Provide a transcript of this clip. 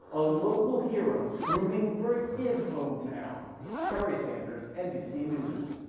a local hero rooting for his hometown kerry sanders, nbc news.